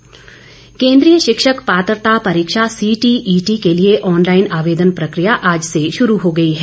पात्रता परीक्षा केन्द्रीय शिक्षक पात्रता परीक्षा सीटीईटी के लिए ऑनलाइन आवेदन प्रक्रिया आज से शुरू हो गई है